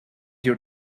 your